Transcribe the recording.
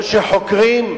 או שחוקרים,